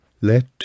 Let